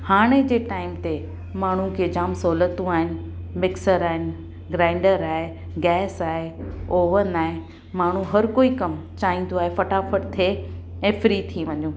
हाणे जे टाइम ते माण्हू खे जामु सहूलियतूं आहिनि मिक्सर आहिनि ग्राइंडर आहे गैस आहे ओवन आहे माण्हू हर कोई कमु चाहींदो आहे फटाफट थिए ऐं फ्री थी वञूं